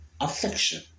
affection